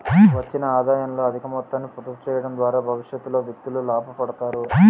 వచ్చిన ఆదాయంలో అధిక మొత్తాన్ని పొదుపు చేయడం ద్వారా భవిష్యత్తులో వ్యక్తులు లాభపడతారు